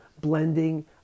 blending